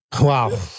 Wow